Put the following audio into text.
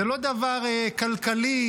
זה לא דבר כלכלי.